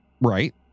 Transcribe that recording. right